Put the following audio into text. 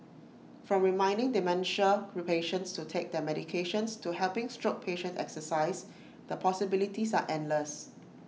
from reminding dementia re patients to take their medications to helping stroke patients exercise the possibilities are endless